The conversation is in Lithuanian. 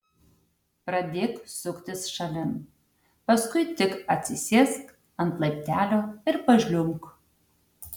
pradėk suktis šalin paskui tik atsisėsk ant laiptelio ir pažliumbk